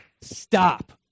stop